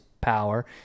power